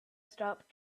stop